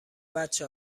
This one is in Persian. بچه